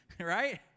Right